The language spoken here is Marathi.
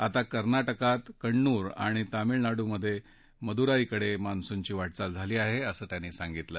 आता कर्नाटकात कण्णूर आणि तामिळनाडूत मदुराईकडे मान्सूनची वाटचाल झाली आहे असं त्यांनी सांगितलं